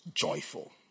joyful